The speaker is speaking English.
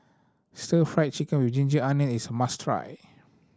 Stir Fried Chicken with ginger onion is a must try